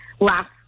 last